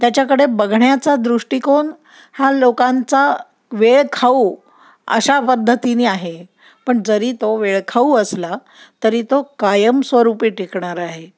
त्याच्याकडे बघण्याचा दृष्टिकोन हा लोकांचा वेळखाऊ अशा पद्धतीने आहे पण जरी तो वेळखाऊ असला तरी तो कायमस्वरूपी टिकणार आहे